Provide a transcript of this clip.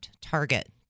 target